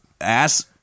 ass